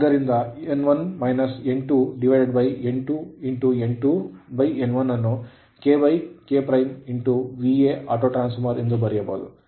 ಆದ್ದರಿಂದ N2N2N1 ಅನ್ನು KK auto auto ಎಂದು ಬರೆಯಬಹುದು